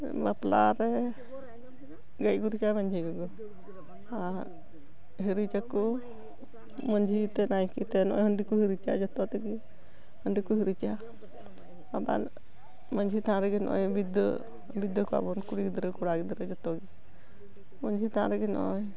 ᱵᱟᱯᱞᱟ ᱨᱮ ᱜᱮᱡ ᱜᱩᱨᱤᱡᱟ ᱢᱟᱹᱡᱷᱤ ᱜᱚᱜᱚ ᱟᱨ ᱦᱤᱨᱤᱡᱟᱠᱚ ᱢᱟᱹᱡᱷᱤ ᱛᱮ ᱱᱟᱭᱠᱮ ᱛᱮ ᱱᱚᱜᱼᱚᱭ ᱦᱟᱺᱰᱤ ᱠᱚ ᱦᱤᱨᱤᱡᱟ ᱡᱚᱛᱚ ᱨᱮᱜᱮ ᱦᱟᱺᱰᱤ ᱠᱚ ᱦᱤᱨᱤᱡᱟ ᱟᱵᱟᱨ ᱢᱟᱹᱡᱷᱤ ᱛᱷᱟᱱ ᱨᱮᱜᱮ ᱱᱚᱜᱼᱚᱭ ᱵᱤᱫᱟᱹ ᱵᱤᱫᱟᱹ ᱠᱚᱣᱟ ᱵᱚᱱ ᱠᱩᱲᱤ ᱜᱤᱫᱽᱨᱟᱹ ᱠᱚᱲᱟ ᱜᱤᱫᱽᱨᱟᱹ ᱡᱚᱛᱚ ᱜᱮ ᱢᱟᱹᱡᱷᱤ ᱛᱷᱟᱱ ᱨᱮᱜᱮ ᱱᱚᱜᱼᱚᱭ